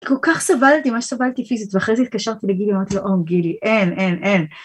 כל כך סבלתי, מה שסבלתי פיזית ואחרי זה התקשרתי לגילי ואמרתי לו אום גילי, אין אין אין